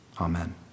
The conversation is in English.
Amen